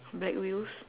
black wheels